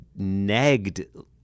negged